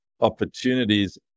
opportunities